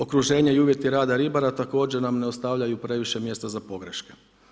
Okruženje i uvjeti rada ribara također nam ne ostavljaju previše mjesta za pogreške.